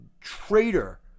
traitor